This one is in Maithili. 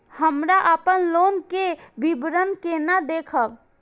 हमरा अपन लोन के विवरण केना देखब?